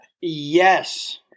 Yes